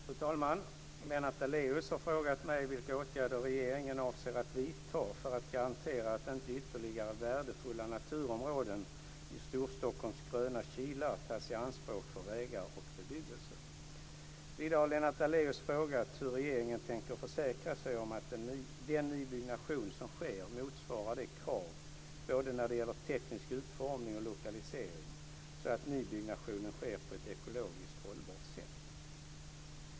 Fru talman! Lennart Daléus har frågat mig vilka åtgärder regeringen avser att vidta för att garantera att inte ytterligare värdefulla naturområden i Storstockholms Gröna Kilar tas i anspråk för vägar och bebyggelse. Vidare har Lennart Daléus frågat hur regeringen tänker försäkra sig om att den nybyggnation som sker motsvarar de krav, både när det gäller teknisk utformning och när det gäller lokalisering, som gör att nybyggnationen sker på ett ekologiskt hållbart sätt.